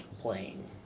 playing